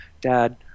dad